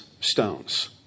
stones